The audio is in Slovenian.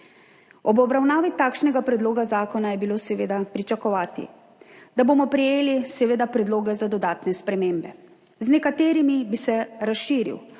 Ob obravnavi takšnega predloga zakona je bilo seveda pričakovati, da bomo prejeli predloge za dodatne spremembe. Z nekaterimi bi se razširil